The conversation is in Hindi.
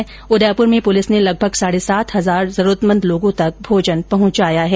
वहीं उदयपुर में पुलिस ने लगभग साढै सात हजार जरूरतमंद लोगों तक भोजन पहुंचाया है